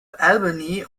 albany